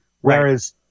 Whereas